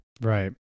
Right